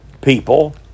people